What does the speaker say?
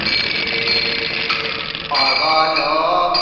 a ah da da